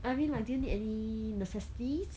I mean like do you need any necessities